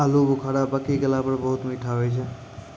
आलू बुखारा पकी गेला पर बहुत मीठा होय छै